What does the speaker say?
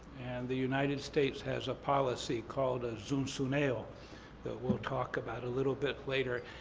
and the united states has a policy called a zunzuneo that we'll talk about a little bit later.